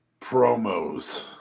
promos